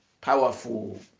powerful